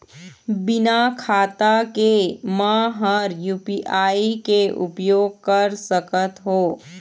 बिना खाता के म हर यू.पी.आई के उपयोग कर सकत हो?